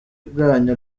bwanyu